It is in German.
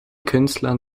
künstlern